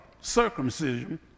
circumcision